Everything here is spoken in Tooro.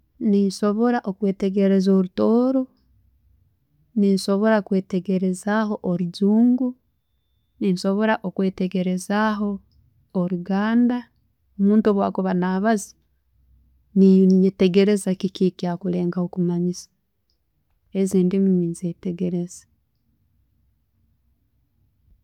Ninsobora okwitegereza orutooro, nensobora kwetegerreza aho orujungu, ninsobora okwetegereza aho oruganda, omuntu bwakuba nabaaza, nenyetekereza kiki kyakulengaho kumanyisa. Ezo endiimi nenzetegereza.